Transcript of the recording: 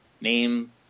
Name